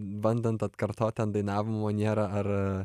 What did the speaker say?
bandant atkartot ten dainavimo manierą ar